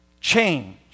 change